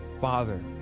father